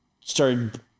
Started